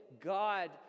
God